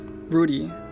rudy